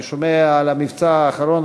אני שומע על המבצע האחרון,